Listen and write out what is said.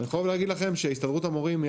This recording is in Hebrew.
אני מחויב להגיד לכם שהסתדרות המורים היא